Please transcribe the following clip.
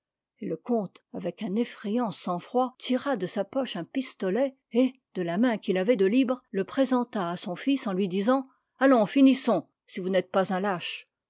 et le comte avec un effrayant sang-froid tira de sa poche un pistolet et de la main qu'il avait de libre le présenta à son fils en lui disant allons finissons si vous n'êtes pas un lâche